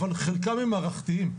אבל חלקם הם מערכתיים.